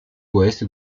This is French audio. ouest